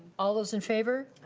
all those in favor?